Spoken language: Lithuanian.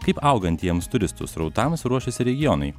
kaip augantiems turistų srautams ruošiasi regionai